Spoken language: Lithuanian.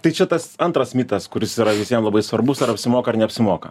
tai čia tas antras mitas kuris yra visiem labai svarbus ar apsimoka ar neapsimoka